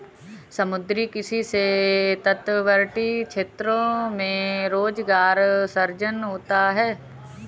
समुद्री किसी से तटवर्ती क्षेत्रों में रोजगार सृजन होता है